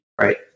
Right